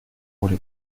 воли